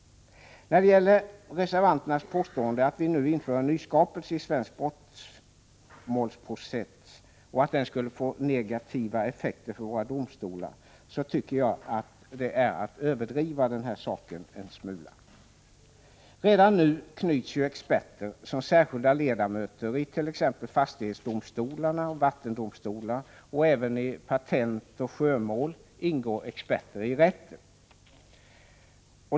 När det gäller reservanternas påstående att vi nu inför en ”nyskapelse” i svensk brottmålsprocess som skulle få negativa effekter för våra domstolar, tycker jag att det är att överdriva en smula. Redan nu knyts experter som särskilda ledamöter it.ex. fastighetsdomstolarna och vattendomstolarna, och även i patentoch sjömål ingår experter i rätten.